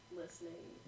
listening